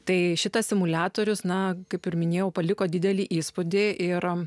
tai šitą simuliatorius na kaip ir minėjau paliko didelį įspūdį ir